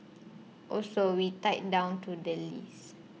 also we tied down to the leases